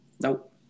Nope